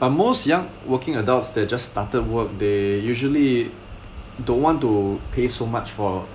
uh most young working adults they're just started work they usually don't want to pay so much for